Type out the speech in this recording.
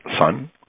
son